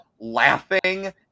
laughing